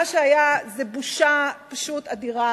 מה שהיה זה בושה פשוט אדירה,